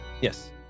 Yes